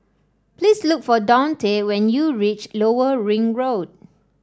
please look for Dante when you reach Lower Ring Road